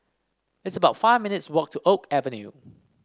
it's about five minutes' walk to Oak Avenue